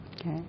Okay